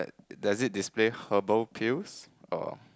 does it display herbal peels or